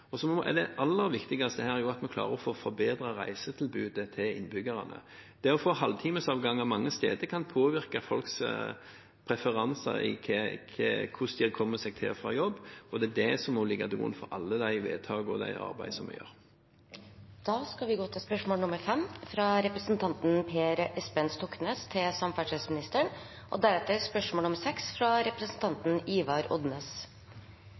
Det aller viktigste her er at vi klarer å forbedre reisetilbudet til innbyggerne. Det å få halvtimesavganger mange steder kan påvirke folks preferanser for hvordan de kommer seg til og fra jobb, og det er det som må ligge til grunn for alle de vedtak og det arbeidet vi gjør.